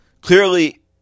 Clearly